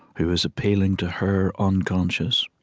who is appealing to her unconscious,